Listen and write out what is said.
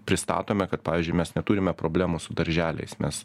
pristatome kad pavyzdžiui mes neturime problemų su darželiais nes